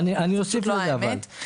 אבל אני אוסיף לזה.